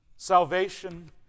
Salvation